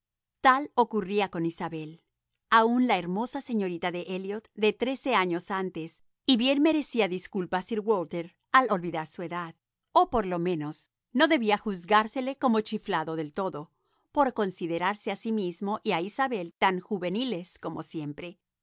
tal ocurría con isabel aún la hermosa señorita de elliot de trece años antes y bien merecía dis culpa sir walter al olvidar su edad o por lo menos no debía juzgársele como chiflado del todo por considerarse a sí mismo y a isabel tan juveniles como siempre